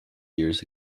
years